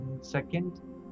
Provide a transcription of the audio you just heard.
Second